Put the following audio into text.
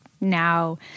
now